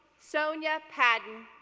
sonya padden,